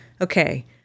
okay